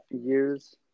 years